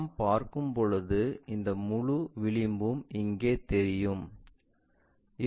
நாம் பார்க்கும்போது இந்த முழு விளிம்பும் இங்கே தெரியும்